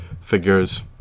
figures